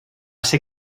ser